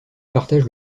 partage